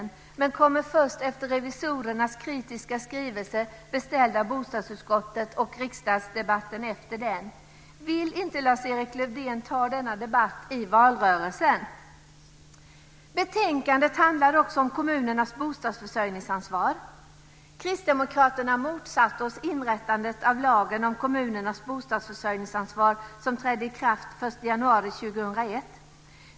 Men den kommer först efter revisorernas kritiska skrivelse, beställd av bostadsutskottet, och riksdagsdebatten efter den. Vill inte Lars-Erik Lövdén ta denna debatt i valrörelsen? Betänkandet handlar också om kommunernas bostadsförsörjningsansvar. Vi kristdemokrater motsatte oss inrättandet av lagen om kommunernas bostadsförsörjningsansvar, som trädde i kraft den 1 januari 2001.